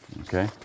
Okay